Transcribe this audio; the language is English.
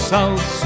South